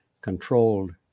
controlled